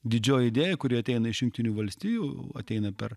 didžioji idėja kuri ateina iš jungtinių valstijų ateina per